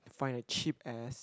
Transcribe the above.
find a cheap ass